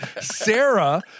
sarah